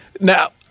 Now